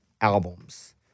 albums